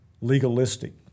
legalistic